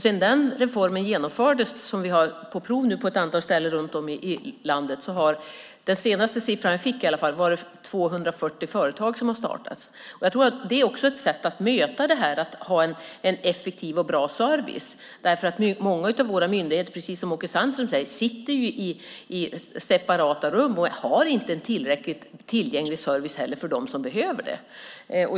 Sedan den reformen genomfördes, och som vi nu har på prov på ett antal ställen runt om i landet, har 240 företag startats. Det är den senaste siffra som jag har fått. Det är också ett sätt att möta detta, att ha en effektiv och bra service, därför att många av våra myndigheter, precis som Åke Sandström säger, sitter i separata rum och har inte en tillräckligt tillgänglig service för dem som behöver det.